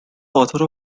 author